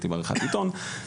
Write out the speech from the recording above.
הייתי בעריכת עיתון,